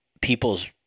people's